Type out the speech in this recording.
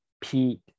pete